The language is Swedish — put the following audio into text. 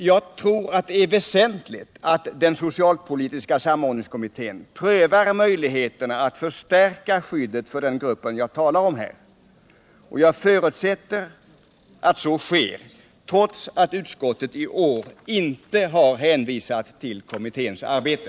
Jag tror att det är väsentligt att den socialpolitiska samordningskommittén prövar möjligheterna att förstärka skyddet för den grupp jag här talar om, och jag förutsätter att så sker, trots att utskottet i år inte har hänvisat till kommitténs arbete.